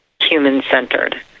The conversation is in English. human-centered